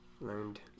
learned